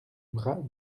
bras